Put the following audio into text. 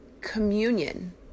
communion